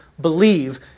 believe